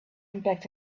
impact